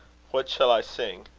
what shall i sing?